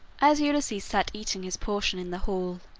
as ulysses sat eating his portion in the hall,